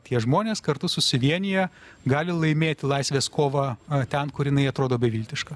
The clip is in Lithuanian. tie žmonės kartu susivieniję gali laimėti laisvės kovą ten kur jinai atrodo beviltiška